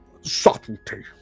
subtlety